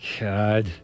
God